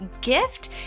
gift